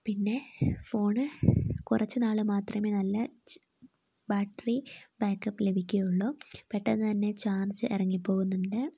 പിന്നേ ഫോണ് കുറച്ച് നാൾ മാത്രമേ നല്ല ബാറ്ററി ബാക്കപ്പ് ലഭിക്കുകയുള്ളു പെട്ടെന്ന് തന്നെ ചാർജ് ഇറങ്ങിപ്പോവുന്നുണ്ട്